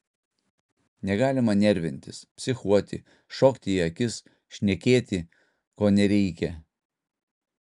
negalima nervintis psichuoti šokti į akis šnekėti ko nereikia